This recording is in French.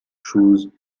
chooz